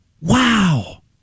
Wow